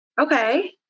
Okay